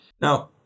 now